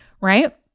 right